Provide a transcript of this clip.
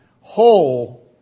whole